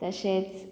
तशेंच